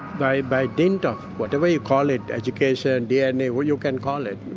by by dint of whatever you call it, education, dna, what you can call it,